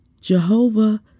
Jehovah